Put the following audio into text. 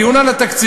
דיון על התקציב,